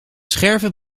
scherven